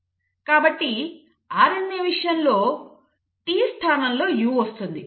కాబట్టి RNA విషయంలో T స్థానంలో U వస్తుంది